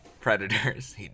Predators